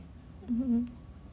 mmhmm